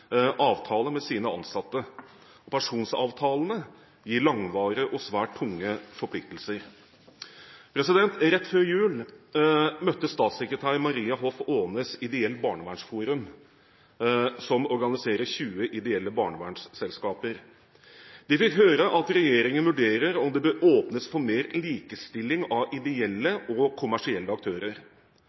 med sine ansatte. Pensjonsavtalene gir langvarige og svært tunge forpliktelser. Rett før jul møtte statssekretær Maria Hoff Aanes Ideelt Barnevernsforum, som organiserer tjue ideelle barnevernsselskaper. De fikk høre at regjeringen vurderer om det bør åpnes for mer likestilling av ideelle og kommersielle aktører.